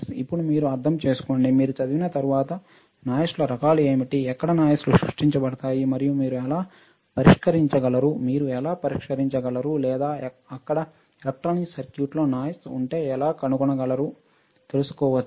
ఇప్పుడు మీరు అర్థం చేసుకోండి మీరు చదివిన తర్వాత నాయిస్ల రకాలు ఏమిటో ఎక్కడ నాయిస్లు సృష్టించబడతాయి మరియు మీరు ఎలా పరిష్కరించగలరు మీరు ఎలా పరిష్కరించగలరు లేదా అక్కడ ఎలక్ట్రానిక్ సర్క్యూట్లో నాయిస్ ఉంటే ఎలా కనుగొనగలరు తెలుసుకోవచ్చు